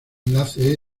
enlace